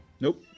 Nope